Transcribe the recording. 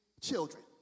children